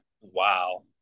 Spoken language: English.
Wow